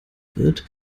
wird